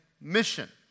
mission